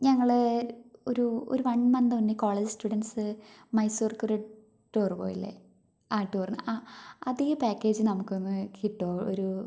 ഞങ്ങള് ഒരു ഒരു വൺ മന്ത് മുന്നേ കോളേജ് സ്റ്റുഡൻറ്സ് മൈസൂർക്ക് ഒരു ടൂറ് പോയില്ലേ ആ ടൂർ അതേ പാക്കേജ് നമുക്കൊന്ന് കിട്ടുമോ ഒരു